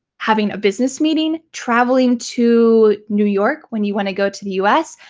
having a business meeting, traveling to new york when you want to go to the us.